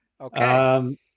Okay